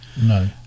no